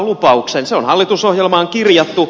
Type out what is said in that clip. se on hallitusohjelmaan kirjattu